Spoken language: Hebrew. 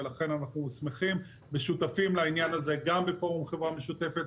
ולכן אנחנו שמחים ושותפים לעניין הזה גם בפורום חברה משותפת,